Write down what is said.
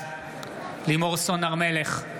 בעד לימור סון הר מלך,